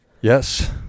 Yes